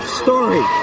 story